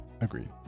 Agreed